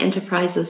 enterprises